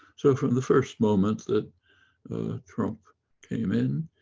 so from the first moment that trump came in,